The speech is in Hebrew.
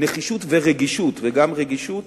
נחישות וגם רגישות